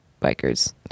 bikers